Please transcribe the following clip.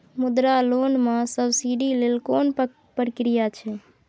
मुद्रा लोन म सब्सिडी लेल कोन प्रक्रिया छै?